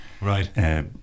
Right